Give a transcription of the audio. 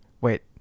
Wait